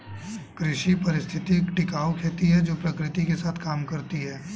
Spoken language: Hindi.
कृषि पारिस्थितिकी टिकाऊ खेती है जो प्रकृति के साथ काम करती है